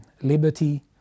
liberty